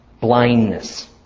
blindness